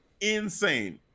insane